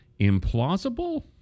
implausible